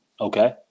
Okay